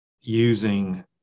using